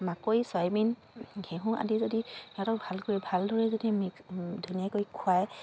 মাকৈ চয়বিন ঘেঁহু আদি যদি সিহঁতক ভাল কৰি ভালদৰে যদি ধুনীয়াকৈ খুৱায়